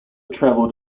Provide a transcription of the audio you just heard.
traveled